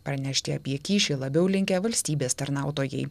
pranešti apie kyšį labiau linkę valstybės tarnautojai